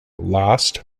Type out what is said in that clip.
lost